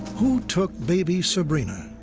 who took baby sabrina?